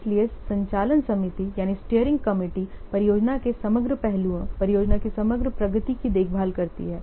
इसलिए steering committee परियोजना के समग्र पहलुओं परियोजना की समग्र प्रगति की देखभाल करती है